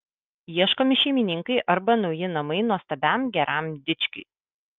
ieškomi šeimininkai arba nauji namai nuostabiam geram dičkiui